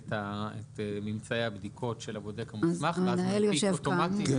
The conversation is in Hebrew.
את ממצאי הבדיקות של הבודק המוסמך ואז הוא מנפיק אוטומטית.